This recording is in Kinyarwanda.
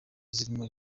zirimo